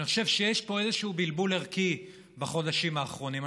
אני חושב שיש פה איזשהו בלבול ערכי בחודשים האחרונים.